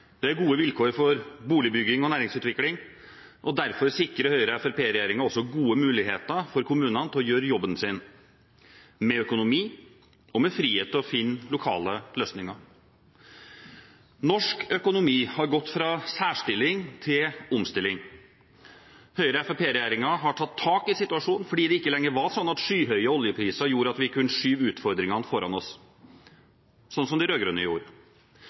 det er gode vilkår for boligbygging og næringsutvikling. Derfor sikrer Høyre–Fremskrittsparti-regjeringen også gode muligheter for kommunene til å gjøre jobben sin, med økonomi og med frihet til å finne lokale løsninger. Norsk økonomi har gått fra særstilling til omstilling. Høyre–Fremskrittsparti-regjeringen har tatt tak i situasjonen, fordi det ikke lenger var sånn at skyhøye oljepriser gjorde at vi kunne skyve utfordringene foran oss, sånn som de rød-grønne gjorde.